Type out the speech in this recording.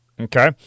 Okay